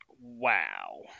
Wow